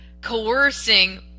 coercing